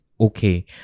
okay